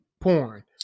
porn